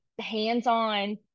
hands-on